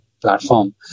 platform